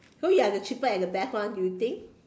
so you are the cheapest and the best one you think